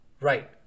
Right